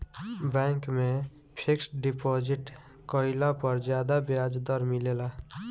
bank में fixed deposit कईला पर ज्यादा ब्याज दर मिलेला